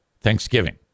Thanksgiving